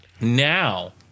Now